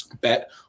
Bet